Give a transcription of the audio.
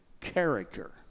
character